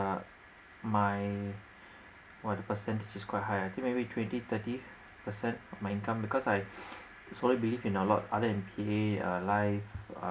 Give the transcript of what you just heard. uh my !wah! the percentage is quite high I think maybe twenty thirty percent of my income because I solely believe in a lot of other than P_A uh life uh